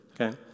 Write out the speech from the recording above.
okay